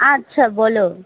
আচ্ছা বলো